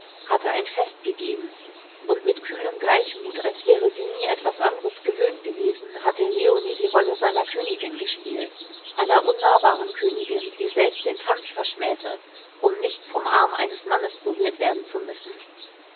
hatte ein fest gegeben und mit kühlem gleichmut als wäre sie nie etwas anderes gewöhnt gewesen hatte leonie die rolle seiner königin gespielt einer unnahbaren königin die selbst den tanz verschmähte um nicht vom arm eines mannes berührt werden zu müssen